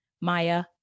Maya